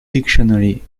dictionary